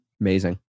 Amazing